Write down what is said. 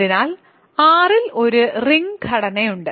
അതിനാൽ R ൽ ഒരു റിംഗ് ഘടനയുണ്ട്